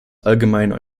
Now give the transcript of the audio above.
allgemeinen